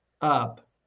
up